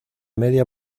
media